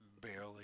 Barely